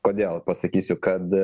kodėl pasakysiu kad